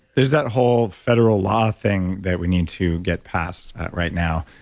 there's that whole federal law thing that we need to get past right now,